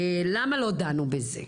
למה לא דנו בזה?